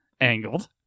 angled